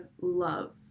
love